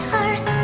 Heart